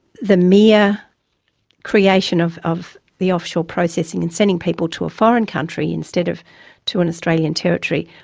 the mere creation of of the offshore processing, in sending people to a foreign country instead of to an australian territory,